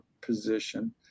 position